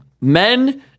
Men